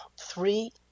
three